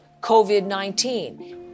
COVID-19